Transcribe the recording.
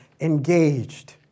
engaged